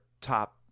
top